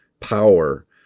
power